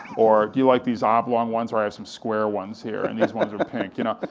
or do you like these oblong ones, or i have some square ones here, and these ones are pink, you know.